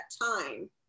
time